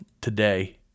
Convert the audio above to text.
today